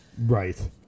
Right